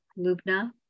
Lubna